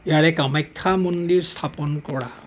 ইয়াৰে কামাখ্যা মন্দিৰ স্থাপন কৰা